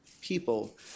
people